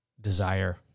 desire